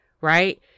Right